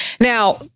Now